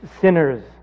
sinners